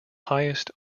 highest